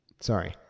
sorry